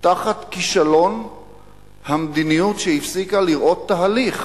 תחת כישלון המדיניות שהפסיקה לראות תהליך,